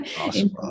awesome